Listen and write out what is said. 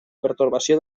pertorbació